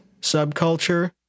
subculture